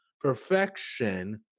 perfection